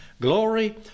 Glory